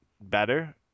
better